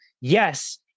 yes